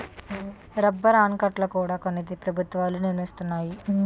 rubber ఆనకట్టల కూడా కొన్ని ప్రభుత్వాలు నిర్మిస్తున్నాయి